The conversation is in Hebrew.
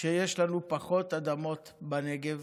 שיש לנו פחות אדמות בנגב